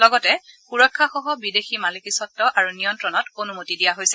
লগতে সুৰক্ষাসহ বিদেশী মালিকীস্বব্ধ আৰু নিয়ন্ত্ৰণত অনুমতি দিয়া হৈছে